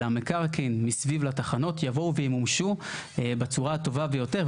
אלא מקרקעין מסביב לתחנות יבואו וימומשו בצורה הטובה ביותר.